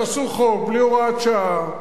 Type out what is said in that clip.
תעשו חוק בלי הוראת שעה,